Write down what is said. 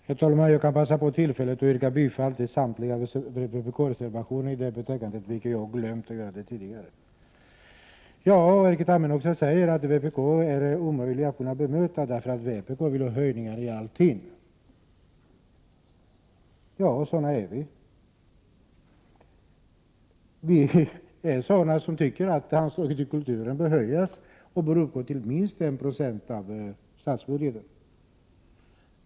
Herr talman! Jag passar på att yrka bifall till samtliga vpk-reservationer som är fogade till betänkandet, vilket jag glömde att göra tidigare. Erkki Tammenoksa säger att vpk är omöjligt att bemöta, eftersom vpk vill ha höjningar i allt. Ja, vi tycker att anslagen till kulturen bör höjas och uppgå till minst 5 970 av statsbudgeten.